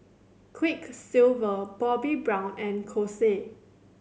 Quiksilver Bobbi Brown and Kose